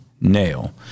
Nail